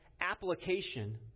application